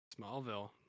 smallville